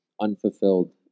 unfulfilled